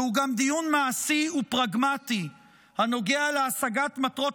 זהו גם דיון מעשי ופרגמטי הנוגע להשגת מטרות